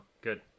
Good